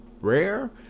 rare